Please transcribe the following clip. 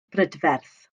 brydferth